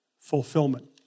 fulfillment